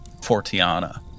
Fortiana